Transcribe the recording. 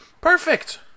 Perfect